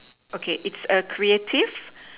okay it's a creative